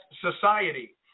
society